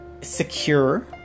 secure